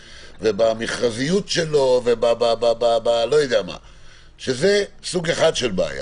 ובמכרזיות שלו - וזה סוג אחד של בעיה.